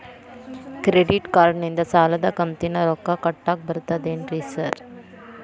Credit ಕಾರ್ಡನಿಂದ ಸಾಲದ ಕಂತಿನ ರೊಕ್ಕಾ ಕಟ್ಟಾಕ್ ಬರ್ತಾದೇನ್ರಿ ಸಾರ್?